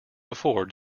before